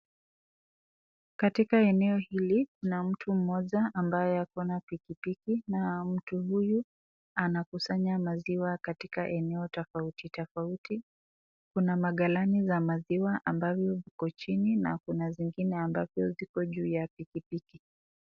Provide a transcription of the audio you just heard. Katika eneo hili kuna mtu mmoja ambaye ako na pikipiki na mtu huyu anakusanya maziwa katika eneo tofautitofauti. Kuna magalani za maziwa ambavyo viko chini na zingine ambavyo ziko juu ya pikipiki.